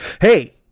Hey